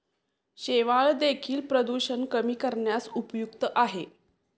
शेवाळं देखील प्रदूषण कमी करण्यास उपयुक्त आहे